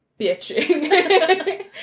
bitching